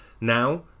now